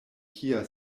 kia